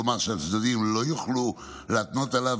כלומר שהצדדים לא יוכלו להתנות עליו,